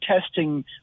testing